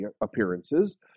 appearances